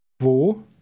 Wo